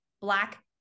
black